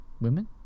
Women